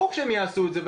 ברור שהם יעשו את זה.